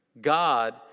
God